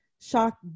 shock